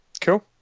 cool